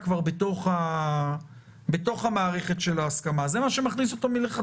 אני לא בטוחה שזו הייתה הפרשנות שכולנו היינו מסכימים לה לפני חמש